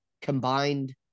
combined